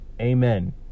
Amen